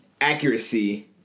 accuracy